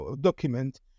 document